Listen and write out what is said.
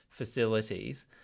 facilities